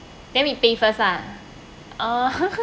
then we pay first lah oh